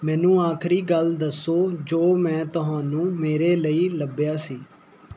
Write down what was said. ਮੈਨੂੰ ਆਖਰੀ ਗੱਲ ਦੱਸੋ ਜੋ ਮੈਂ ਤੁਹਾਨੂੰ ਮੇਰੇ ਲਈ ਲੱਭਿਆ ਸੀ